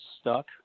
stuck